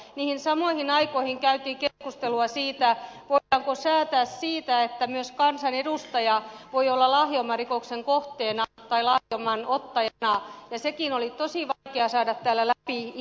niihin samoihin aikoihin käytiin keskustelua siitä voidaanko säätää siitä että myös kansanedustaja voi olla lahjomarikoksen kohteena tai lahjoman ottajana ja sekin oli tosi vaikea saada täällä läpi